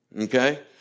Okay